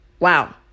Wow